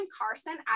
Carson